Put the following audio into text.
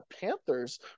Panthers